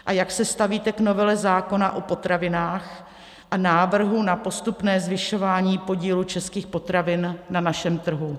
A jak se stavíte k novele zákona o potravinách a návrhu na postupné zvyšování podílu českých potravin na našem trhu.